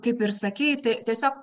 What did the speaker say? kaip ir sakyti tiesiog